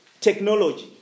technology